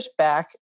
pushback